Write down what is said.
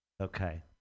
okay